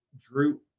Drew